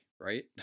Right